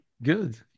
Good